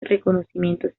reconocimientos